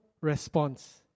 response